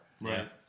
Right